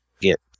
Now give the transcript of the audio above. get